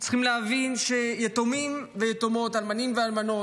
צריכים להבין שיתומים ויתומות, אלמנים ואלמנות,